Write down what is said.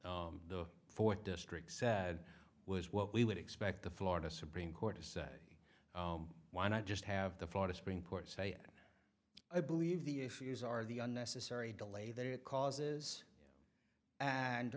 what the fourth district said was what we would expect the florida supreme court to say why not just have the florida supreme court say i believe the issues are the unnecessary delay that it causes and